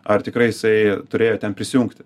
ar tikrai jisai turėjo ten prisijungti